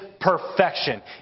perfection